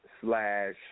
slash